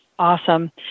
Awesome